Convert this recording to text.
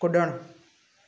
कुड॒णु